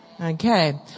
Okay